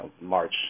March